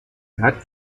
draht